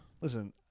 Listen